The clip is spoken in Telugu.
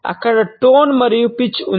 అక్కడ టోన్ ఉంది